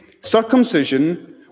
circumcision